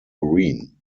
green